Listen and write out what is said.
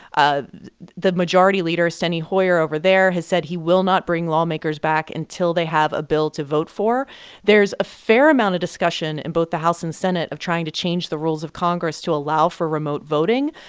ah the majority leader, steny hoyer, over there has said he will not bring lawmakers back until they have a bill to vote for there's a fair amount of discussion in both the house and senate of trying to change the rules of congress to allow for remote voting,